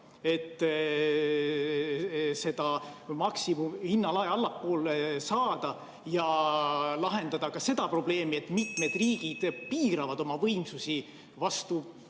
et seda maksimumi, hinnalage allapoole saada ja lahendada ka seda probleemi, et mitmed riigid piiravad oma võimsusi, vastuolus